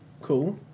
cool